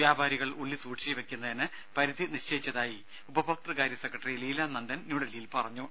വ്യാപാരികൾ ഉള്ളി സൂക്ഷിച്ചുവെയ്ക്കുന്നതിന് പരിധി നിശ്ചയിച്ചതായി ഉപഭോക്തൃ കാര്യ സെക്രട്ടറി ലീല നന്ദൻ ന്യൂഡൽഹിയിൽ പറഞ്ഞു